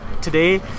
today